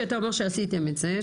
שאתה אומר שעשיתם את זה.